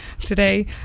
today